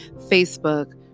Facebook